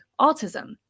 autism